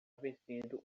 vestindo